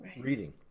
reading